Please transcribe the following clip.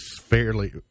fairly